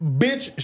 bitch